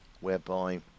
whereby